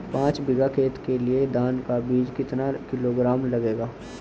पाँच बीघा खेत के लिये धान का बीज कितना किलोग्राम लगेगा?